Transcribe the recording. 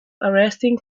arresting